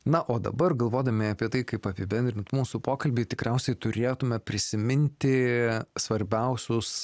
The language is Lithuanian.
na o dabar galvodami apie tai kaip apibendrint mūsų pokalbį tikriausiai turėtume prisiminti svarbiausius